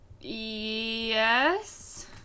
yes